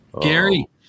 Gary